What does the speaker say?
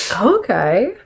Okay